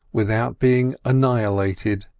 without being annihilated,